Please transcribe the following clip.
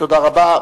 תודה רבה.